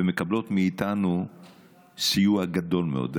ומקבלות מאיתנו סיוע גדול מאוד.